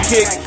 Kick